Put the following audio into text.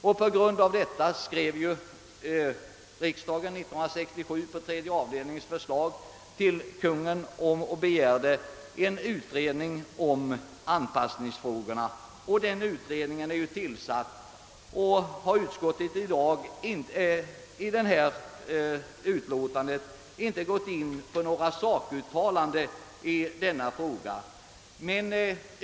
På förslag av statsutskottets tredje avdelning begärde riksdagen 1967 hos Kungl. Maj:t en utredning om anpassningsfrågorna. Den utredningen är nu tillsatt, och utskottet har därför i det nu föreliggande utlåtandet inte gjort några uttalanden i denna fråga.